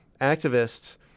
activists